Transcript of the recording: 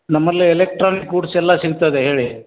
ನಮ್ಮಲ್ಲಿ electronic goods ಎಲ್ಲ ಸಿಗ್ತದೆ ಹೇಳಿ